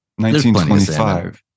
1925